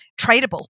tradable